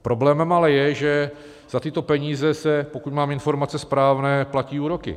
Problémem ale je, že za tyto peníze se pokud mám informace správné platí úroky.